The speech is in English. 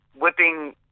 whipping